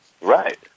right